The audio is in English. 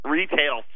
Retail